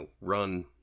run